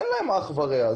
אין להם אח ורע,